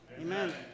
Amen